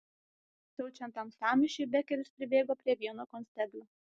siaučiant tam sąmyšiui bekeris pribėgo prie vieno konsteblio